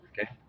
Okay